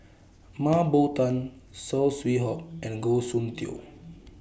Mah Bow Tan Saw Swee Hock and Goh Soon Tioe